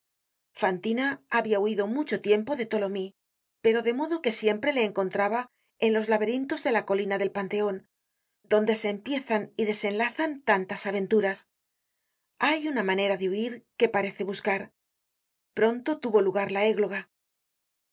fantina habia huido mucho tiempo de tholomyes pero de modo que siempre le encontraba en los laberintos de la colina del panteon donde se empiezan y desenlazan tantas aventuras hay iina manera de huir que parece buscar pronto tuvo lugar la égloga